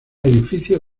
edificio